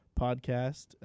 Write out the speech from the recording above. podcast